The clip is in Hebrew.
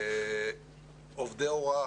עובדי הוראה.